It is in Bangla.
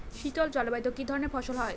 শীতল জলবায়ুতে কি ধরনের ফসল হয়?